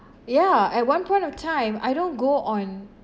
ya at one point of time I don't go on